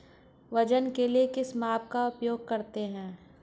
वजन के लिए किस माप का उपयोग करते हैं?